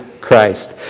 Christ